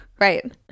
right